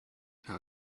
how